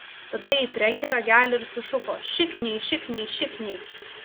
tada ji trenkė ragelį ir sušuko šikniai šikniai šikniai